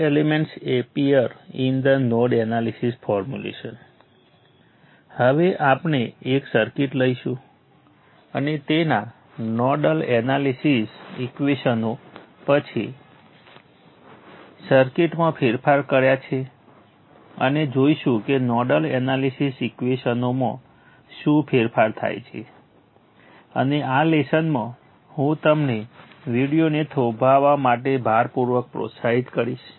અત્યાર સુધી આપણે નોડલ વિશ્લેષણનો અભ્યાસ કર્યો છે જે સર્કિટ માટેના સમીકરણને નિર્ધારિત કરવાની અને સર્કિટમાં નોડ વોલ્ટેજ ચલો માટે ઉકેલવા માટે મેટ્રિક્સ વિપરીતતા વાપરીને વ્યવસ્થિત રીત છે